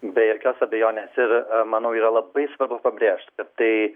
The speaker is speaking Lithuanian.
be jokios abejonės ir manau yra labai svarbu pabrėžt kad tai